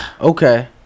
Okay